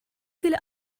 viele